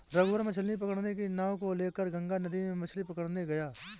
रघुवीर मछ्ली पकड़ने की नाव को लेकर गंगा नदी में मछ्ली पकड़ने गया